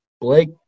blake